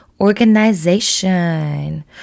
organization